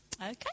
okay